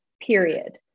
period